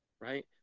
right